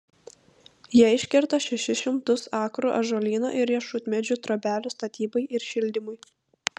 jie iškirto šešis šimtus akrų ąžuolyno ir riešutmedžių trobelių statybai ir šildymui